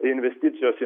investicijos į